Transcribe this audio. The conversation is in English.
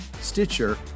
Stitcher